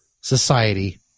Society